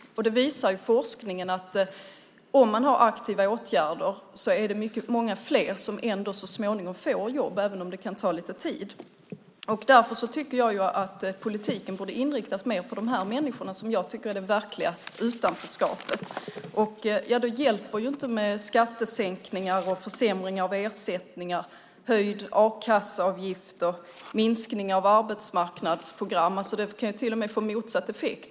Forskningen visar att om man har aktiva åtgärder är det många fler som ändå så småningom får jobb även om det kan ta lite tid. Därför tycker jag att politiken mer borde inriktas på de människor som jag tycker är i det verkliga utanförskapet. Det hjälper inte med skattesänkningar och försämring av ersättningar, höjd a-kasseavgift, minskning av arbetsmarknadsprogram. Det kan till och med få motsatt effekt.